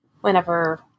whenever